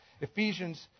ephesians